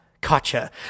gotcha